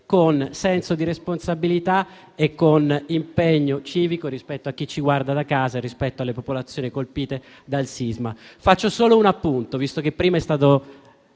con senso di responsabilità e impegno civico rispetto a chi ci guarda da casa e alle popolazioni colpite dal sisma. Faccio solo un appunto, visto che prima è stato